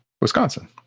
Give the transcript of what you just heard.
Wisconsin